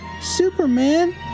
Superman